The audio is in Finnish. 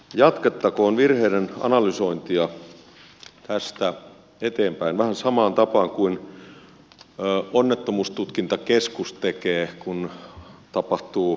jatkettakoon virheiden analysointia tästä eteenpäin vähän samaan tapaan kuin onnettomuustutkintakeskus tekee kun tapahtuu onnettomuus